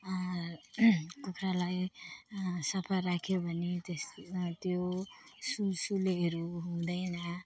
कुखुरालाई सफा राख्यो भने त्यस त्यो सुलसुलेहरू हुँदैन